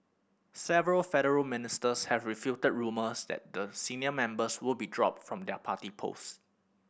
several federal ministers have refuted rumours that the senior members would be dropped from their party post